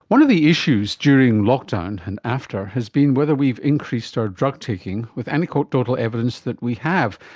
one of the issues during lockdown and after has been whether we've increased our drug taking, with anecdotal evidence that we have,